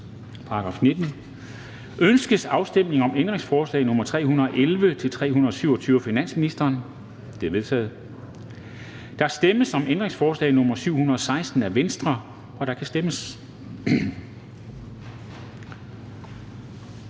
Ønskes afstemning om ændringsforslag nr. 363-366 af finansministeren? De er vedtaget. Der stemmes om ændringsforslag nr. 717 af V, og der kan stemmes.